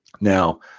Now